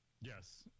Yes